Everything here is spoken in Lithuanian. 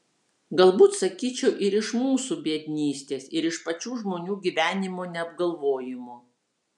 galbūt sakyčiau ir iš mūsų biednystės ir iš pačių žmonių gyvenimo neapgalvojimo